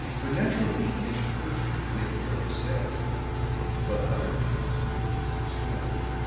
her natural inclination urged her to make a firm stand but other feelings proved the stronger,